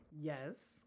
Yes